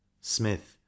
Smith